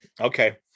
Okay